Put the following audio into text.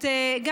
גם